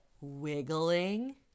wiggling